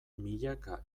milaka